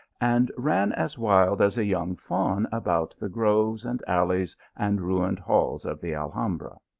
and ran as wild as a young fawn about the groves, and alleys, and ruined halls of the alhambra.